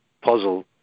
puzzle